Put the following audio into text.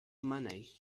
money